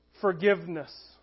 forgiveness